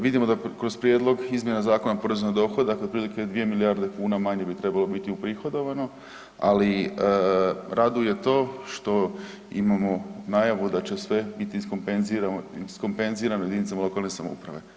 Vidimo da kroz prijedlog izmjena Zakona o porezu na dohodak otprilike 2 milijarde kuna manje bi trebalo biti uprihodovano, ali raduje to što imamo najavu da će sve biti iskompenzirano jedinicama lokalne samouprave.